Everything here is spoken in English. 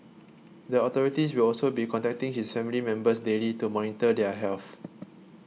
the authorities will also be contacting his family members daily to monitor their health